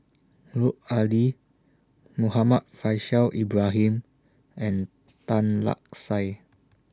Lut Ali Muhammad Faishal Ibrahim and Tan Lark Sye